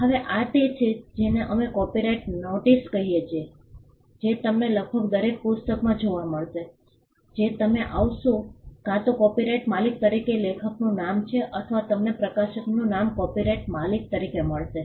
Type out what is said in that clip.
હવે આ તે છે જેને અમે કોપિરાઇટ નોટીસ કહીએ છીએ જે તમને લગભગ દરેક પુસ્તકમાં જોવા મળશે જે તમે આવશો કાં તો કોપિરાઇટ માલિક તરીકે લેખકનું નામ છે અથવા તમને પ્રકાશકનું નામ કોપિરાઇટ માલિક તરીકે મળશે